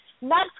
Next